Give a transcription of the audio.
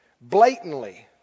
blatantly